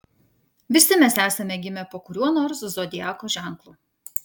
visi mes esame gimę po kuriuo nors zodiako ženklu